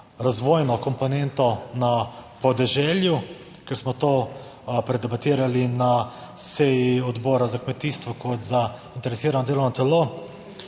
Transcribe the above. razvojno komponento na podeželju, ker smo to predebatirali na seji Odbora za kmetijstvo, kot zainteresirano delovno telo.